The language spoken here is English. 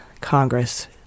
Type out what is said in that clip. Congress